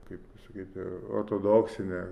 kaip pasakyti ortodoksinė